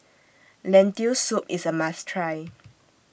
Lentil Soup IS A must Try